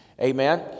Amen